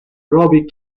robbie